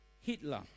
Hitler